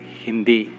Hindi